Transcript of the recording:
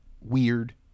weird